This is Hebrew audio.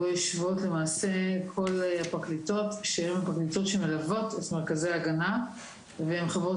ובו יושבות כל הפרקליטות שמלוות את מרכזי ההגנה והן חברות